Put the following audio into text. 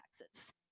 taxes